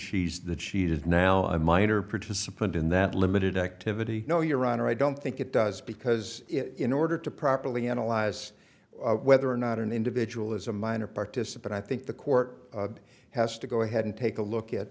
she's that she is now a minor participant in that limited activity no your honor i don't think it does because it in order to properly analyze whether or not an individual is a minor participant i think the court has to go ahead and take a look at